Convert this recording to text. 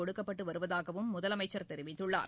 கொடுக்கப்பட்டு வருவதாகவும் முதலமைச்சர் தெரிவித்துள்ளார்